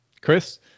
Chris